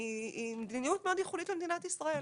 היא מדיניות מאוד ייחודית למדינת ישראל.